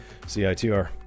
CITR